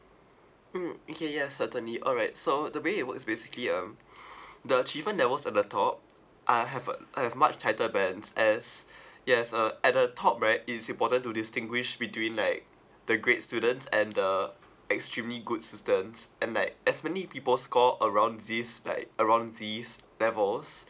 mm okay yes certainly alright so the way it works basically um the achievement that was at the top uh have a have much tighter bands as yes uh at the top right it is important to distinguish between like the great students and the extremely good students and like as many people score around these like around these levels